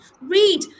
read